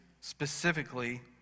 specifically